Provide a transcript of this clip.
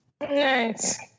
Nice